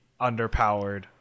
underpowered